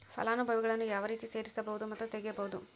ಫಲಾನುಭವಿಗಳನ್ನು ಯಾವ ರೇತಿ ಸೇರಿಸಬಹುದು ಮತ್ತು ತೆಗೆಯಬಹುದು?